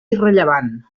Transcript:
irrellevant